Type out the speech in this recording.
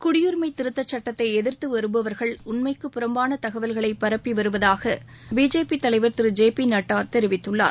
குடியுரிமை திருத்தச் சுட்டத்தை எதிர்த்து வருபவர்கள் உண்மைக்கு புறம்பான தகவல்களை பரப்பி வருவதாக பிஜேபி தலைவர் திரு ஜே பி நட்டா தெரிவித்துள்ளார்